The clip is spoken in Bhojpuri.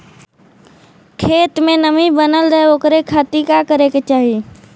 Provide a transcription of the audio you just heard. खेत में नमी बनल रहे ओकरे खाती का करे के चाही?